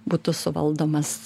būtų suvaldomas su